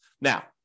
Now